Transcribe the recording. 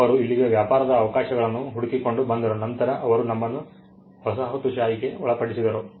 ಅವರು ಇಲ್ಲಿಗೆ ವ್ಯಾಪಾರದ ಅವಕಾಶಗಳನ್ನು ಹುಡುಕಿಕೊಂಡು ಬಂದರು ನಂತರ ಅವರು ನಮ್ಮನ್ನು ವಸಾಹತುಶಾಹಿಗೆ ಒಳಪಡಿಸಿದರು